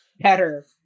Better